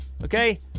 Okay